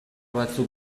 batzuk